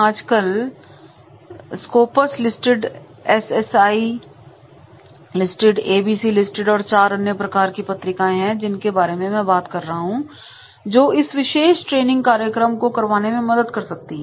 आजकल Scopus listed SSCI listed ABC listed और चार अन्य प्रकार की पत्रिकाएं हैं जिनके बारे में मैं बात कर रहा हूं जो इस विशेष ट्रेनिंग कार्यक्रम को करवाने में मदद कर सकती हैं